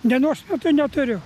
dienos metu neturiu